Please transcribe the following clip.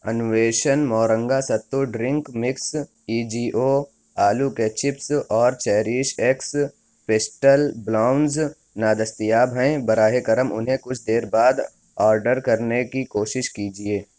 innovation moringa sattu drink mix E G O آلو کے chips اور چیریش ایکس پیسٹل بلونز نادستیاب ہیں براہ کرم انہیں کچھ دیر بعد آرڈر کرنے کی کوشش کیجیے